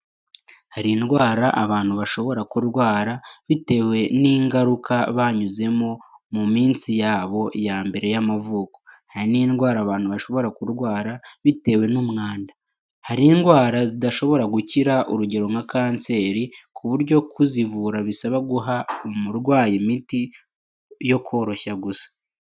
Hari indwara abantu bashobora kurwara bitewe n'ingaruka banyuzemo mu minsi yabo ya mbere y'amavuko. Hari n'indwara abantu bashobora kurwara bitewe n'umwanda. Hari indwara zidashobora gukira, urugero nka kanseri, ku buryo kuzivura bisaba guha umurwayi imiti yo koroshya gusa.